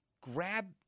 grab